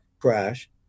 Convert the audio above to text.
crash